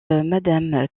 madame